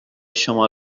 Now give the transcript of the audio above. شما